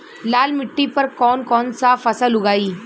लाल मिट्टी पर कौन कौनसा फसल उगाई?